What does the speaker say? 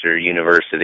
University